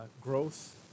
growth